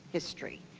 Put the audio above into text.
history.